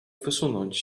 wysunąć